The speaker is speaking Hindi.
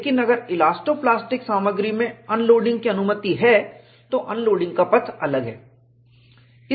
लेकिन अगर इलास्टो प्लास्टिक सामग्री में अनलोडिंग की अनुमति है तो अनलोडिंग का पथ अलग है